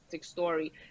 story